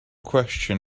question